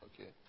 Okay